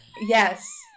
Yes